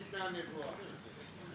חבר הכנסת מולה, אתה יודע למי ניתנה הנבואה.